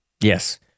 Yes